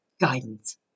guidance